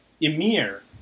Emir